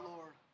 Lord